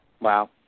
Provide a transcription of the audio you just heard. Wow